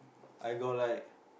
I got like